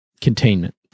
containment